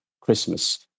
Christmas